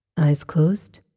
eyes closed.